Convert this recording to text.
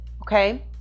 okay